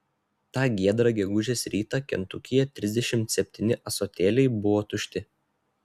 tą giedrą gegužės rytą kentukyje trisdešimt septyni ąsotėliai buvo tušti